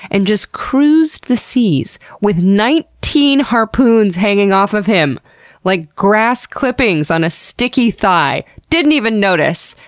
and just cruised the seas with nineteen harpoons hanging off of him like grass clippings on a sticky thigh. didn't even notice!